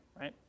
right